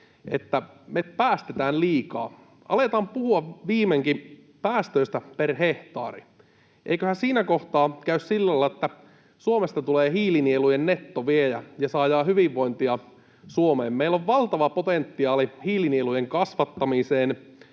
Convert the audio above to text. että me päästetään liikaa. Aletaan puhua viimeinkin päästöistä per hehtaari. Eiköhän siinä kohtaa käy sillä lailla, että Suomesta tulee hiilinielujen nettoviejä ja saadaan hyvinvointia Suomeen. Meillä on valtava potentiaali hiilinielujen kasvattamiseen,